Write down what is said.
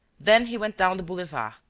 then he went down the boulevard,